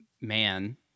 man